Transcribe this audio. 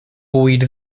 bwyd